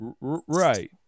right